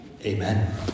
Amen